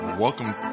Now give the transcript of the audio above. welcome